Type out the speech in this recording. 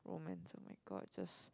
romance [oh]-my-god just